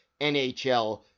NHL